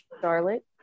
Charlotte